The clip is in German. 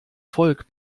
volk